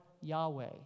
Yahweh